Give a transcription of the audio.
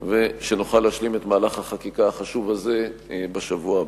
ושנוכל להשלים את מהלך החקיקה החשוב הזה בשבוע הבא.